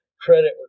credit